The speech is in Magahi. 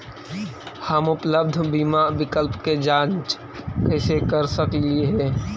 हम उपलब्ध बीमा विकल्प के जांच कैसे कर सकली हे?